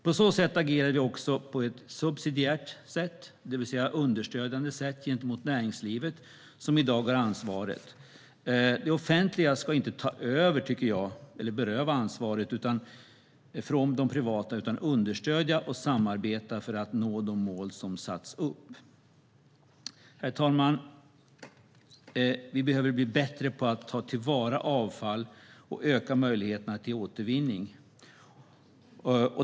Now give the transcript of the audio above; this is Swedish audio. På så sätt agerar vi på ett subsidiärt sätt, det vill säga understödjande sätt, gentemot näringslivet som i dag har ansvaret. Det offentliga ska inte ta över eller beröva ansvaret från det privata utan understödja och samarbeta för att nå de mål som satts upp. Herr talman! Vi behöver bli bättre på att ta till vara avfall och öka möjligheterna till återvinning.